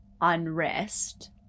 unrest